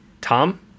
Tom